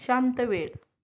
शांत वेळ